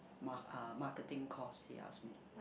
ma~ uh marketing course he asked me